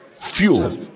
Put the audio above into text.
Fuel